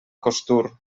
costur